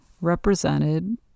represented